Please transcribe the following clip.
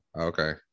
Okay